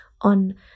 on